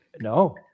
no